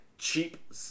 cheap